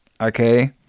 okay